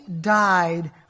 died